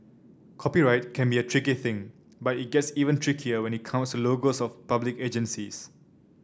copyright can be a tricky thing but it gets even trickier when it comes logos of public agencies